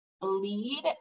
lead